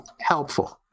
helpful